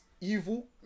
evil